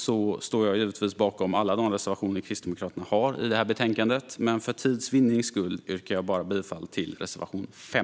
Jag står givetvis bakom alla våra reservationer i betänkandet, men för tids vinnande yrkar jag bifall endast till reservation 5.